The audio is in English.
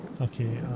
okay